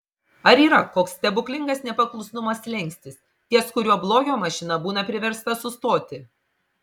ar yra koks stebuklingas nepaklusnumo slenkstis ties kuriuo blogio mašina būna priversta sustoti